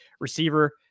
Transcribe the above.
receiver